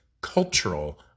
cultural